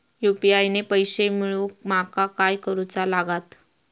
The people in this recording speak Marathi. यू.पी.आय ने पैशे मिळवूक माका काय करूचा लागात?